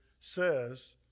says